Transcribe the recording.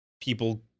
people